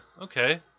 okay